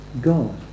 god